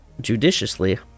judiciously